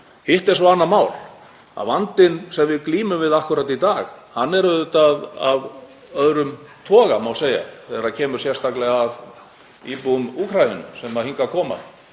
Hitt er svo annað mál að vandinn sem við glímum við akkúrat í dag er auðvitað af öðrum toga, má segja, þegar kemur sérstaklega að íbúum Úkraínu sem hingað koma